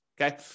okay